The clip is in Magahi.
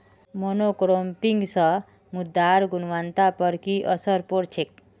मोनोक्रॉपिंग स मृदार गुणवत्ता पर की असर पोर छेक